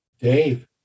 Dave